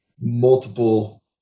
multiple